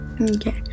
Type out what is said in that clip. Okay